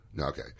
Okay